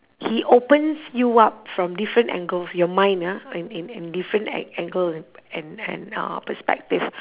he opens you up from different angles your mind ah in in in different an~ angle and and and uh perspective